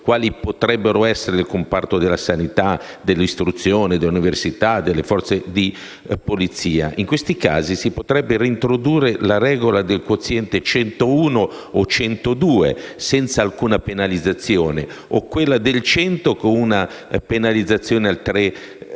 quali i comparti della sanità, dell'istruzione, delle università e delle forze di polizia. In questi casi, si potrebbe reintrodurre la regola del quoziente 101 o 102 senza alcuna penalizzazione, o quella del quoziente 100 con una penalizzazione al 3